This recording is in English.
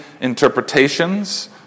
interpretations